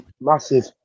massive